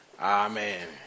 Amen